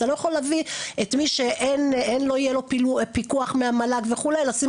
אתה לא יכול להביא לך את מי שאין לו פיקוח מהמל"ג וכו' לשים